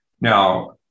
Now